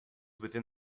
within